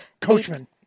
coachman